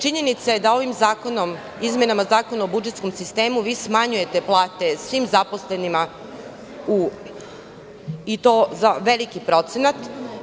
Činjenica je da ovim zakonom, izmenama Zakona o budžetskom sistemu smanjujete plate svim zaposlenima i to za veliki procenat.